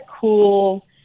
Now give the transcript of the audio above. cool